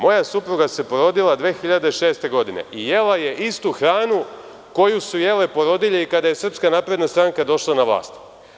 Moja supruga se porodila 2006. godine i jela je istu hranu koju su jele porodilje i kada je SNS došla na vlast.